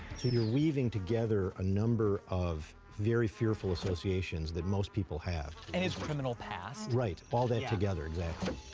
you're weaving together a number of very fearful associations that most people have. and his criminal past. right. all that together. exactly.